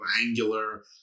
angular